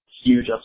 huge